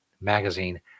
Magazine